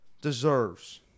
deserves